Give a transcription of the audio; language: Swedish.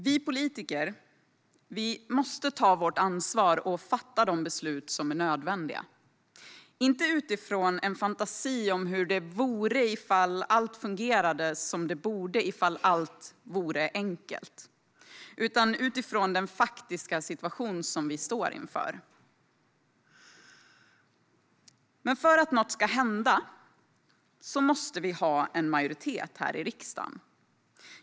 Vi politiker måste ta vårt ansvar och fatta de beslut som är nödvändiga. Vi ska inte göra det utifrån en fantasi om hur det vore ifall allt fungerade och ifall allt vore enkelt, utan utifrån den faktiska situation som vi står inför. Men för att något ska hända måste vi ha en majoritet här i riksdagen.